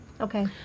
Okay